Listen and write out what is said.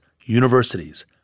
universities